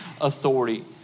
authority